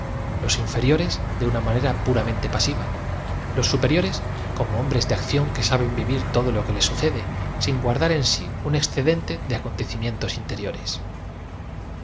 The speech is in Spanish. los infeñores de uoa manera puramente pasiva loa superlo res como hombres de acción que saben v iv ir todo lo que les sucede sin guardar en sí un excedente de acontecimientos interiores